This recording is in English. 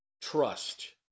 trust